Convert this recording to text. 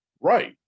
Right